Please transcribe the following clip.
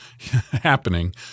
happening